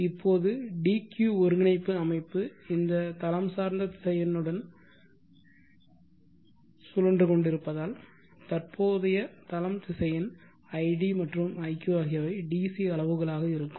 இப்போது dq ஒருங்கிணைப்பு அமைப்பு இந்த தலம்சார்ந்த திசையனுடன் சுழன்று கொண்டிருப்பதால் தற்போதைய தளம்திசையன் id மற்றும் iq ஆகியவை DC அளவுகளாக இருக்கும்